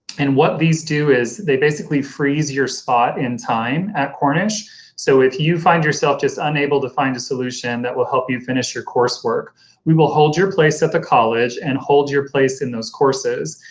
and what these do is they basically freeze your spot in time at cornish so if you find yourself just unable to find a solution that will help you finish your coursework we will hold your place at the college and hold your place in those courses,